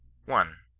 one.